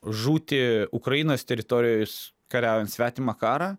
žūti ukrainos teritorijoj s kariaujant svetimą karą